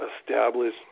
establish